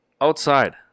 outside